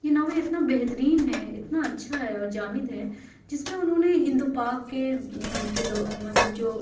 یہ ناول اتنا بہترین ہے اتنا اچھا ہے اور جامد ہے جس میں اُنہوں نے ہند و پاک کے دو مطلب جو